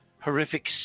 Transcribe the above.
horrific